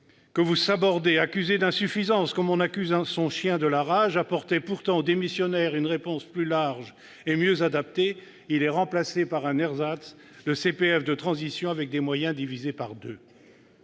que vous sabordez, accusé d'insuffisances, comme on accuse son chien de la rage, apportait pourtant aux démissionnaires une réponse plus large et mieux adaptée : il est remplacé par un ersatz, le CPF de transition, avec des moyens divisés par deux.